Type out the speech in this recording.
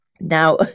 Now